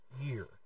year